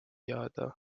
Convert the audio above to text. jääda